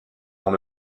dont